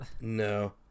No